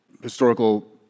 historical